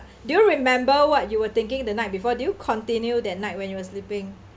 do you remember what you were thinking the night before do you continue that night when you are sleeping